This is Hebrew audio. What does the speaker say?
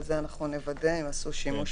לחוק," אבל את זה אנחנו נוודא אם עשו בזה שימוש,